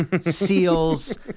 seals